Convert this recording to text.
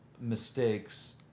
mistakes